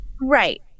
Right